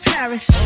Paris